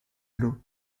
l’eau